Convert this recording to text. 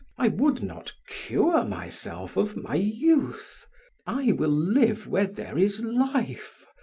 i would not cure myself of my youth i will live where there is life,